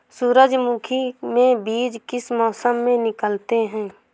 सूरजमुखी में बीज किस मौसम में निकलते हैं?